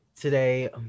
today